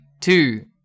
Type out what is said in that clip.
two